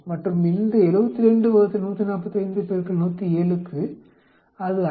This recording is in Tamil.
மற்றும் இந்த 72 145 107 க்கு அது 53